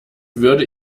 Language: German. würde